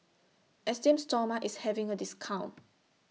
Esteem Stoma IS having A discount